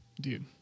Dude